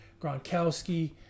Gronkowski